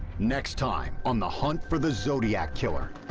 next time on the hunt for the zodiac killer.